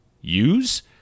use